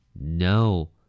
No